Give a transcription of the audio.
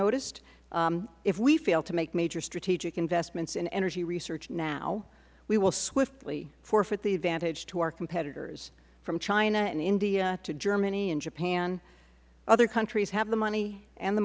noticed if we fail to make major strategic investments in energy research now we will swiftly forfeit the advantage to our competitors from china and india to germany and japan other countries have the money and the